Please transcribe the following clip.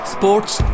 Sports